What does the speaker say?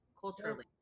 culturally